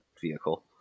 vehicle